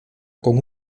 con